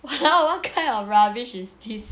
!walao! what kind of rubbish is this